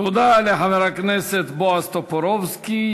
תודה לחבר הכנסת בועז טופורובסקי.